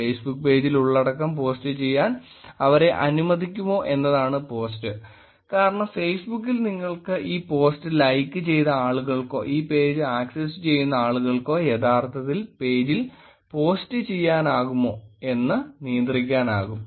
Facebook പേജിൽ ഉള്ളടക്കം പോസ്റ്റുചെയ്യാൻ അവരെ അനുവദിക്കുമോ എന്നതാണ് പോസ്റ്റ് കാരണം ഫേസ്ബുക്കിൽ നിങ്ങൾക്ക് ഈ പോസ്റ്റ് ലൈക്ക് ചെയ്ത ആളുകൾക്കോ ഈ പേജ് ആക്സസ് ചെയ്യുന്ന ആളുകൾക്കോ യഥാർത്ഥത്തിൽ പേജിൽ പോസ്റ്റ് ചെയ്യാനാകുമോ എന്ന് നിയന്ത്രിക്കാനാകും